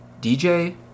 dj